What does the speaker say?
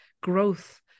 growth